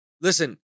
Listen